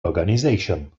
organization